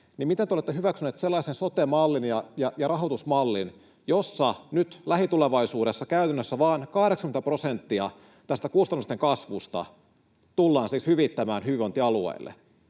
niin miten te olette hyväksyneet sellaisen sote-mallin ja rahoitusmallin, jossa nyt lähitulevaisuudessa käytännössä vain 80 prosenttia tästä kustannusten kasvusta tullaan hyvittämään hyvinvointialueille?